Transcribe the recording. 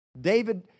David